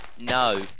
no